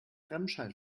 remscheid